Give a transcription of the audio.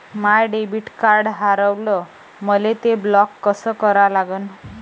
माय debit card हारवलं, मले ते ब्लॉक कस करा लागन?